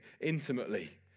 intimately